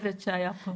לוועדה.